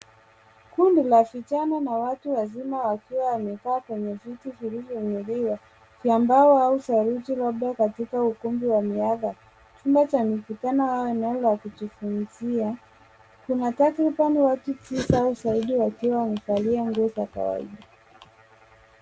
Kundi la vijana na watu wazima wakiwa wamekaa kwenye viti vilivyoinuliwa vya mbao au saruji, labda katika ukumbi wa mihadhara ,chumba cha mikutano au eneo la kujifunzia. Kuna takriban watu tisa au zaidi wakiwa wamevalia nguo za kawaida.